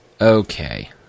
Okay